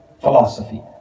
philosophy